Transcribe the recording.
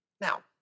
Now